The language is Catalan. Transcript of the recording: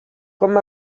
com